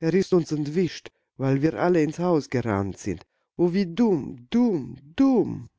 er ist uns entwischt weil wir alle ins haus gerannt sind o wie dumm dumm dumm